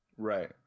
Right